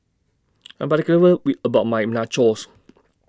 I Am particular with about My Nachos